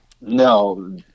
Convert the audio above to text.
No